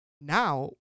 Now